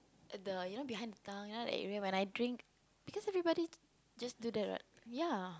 the behind the tongue you know that when I drink because everybody just do that ya